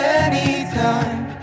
anytime